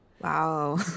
Wow